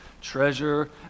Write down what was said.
treasure